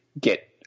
get